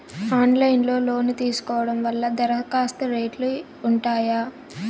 Online లో loan తీసుకోవడం వల్ల దరఖాస్తు రేట్లు ఉంటాయా?